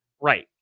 right